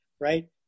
right